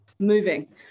moving